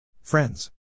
Friends